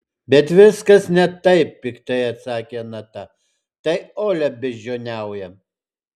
bet viskas ne taip piktai atsakė nata tai olia beždžioniauja